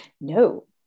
No